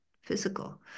physical